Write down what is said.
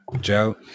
joe